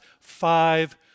five